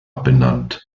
benannt